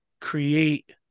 create